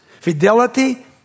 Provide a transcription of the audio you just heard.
fidelity